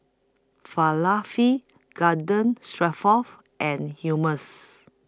Falafel Garden Stroganoff and Hummus